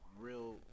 real